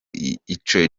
ico